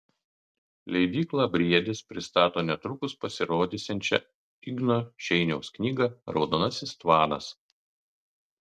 leidykla briedis pristato netrukus pasirodysiančią igno šeiniaus knygą raudonasis tvanas